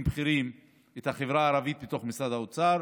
בכירים את החברה הערבית בתוך משרד האוצר.